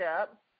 up